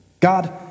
God